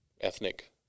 ethnic